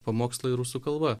pamokslai rusų kalba